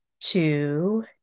two